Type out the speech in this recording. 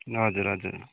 हजुर हजुर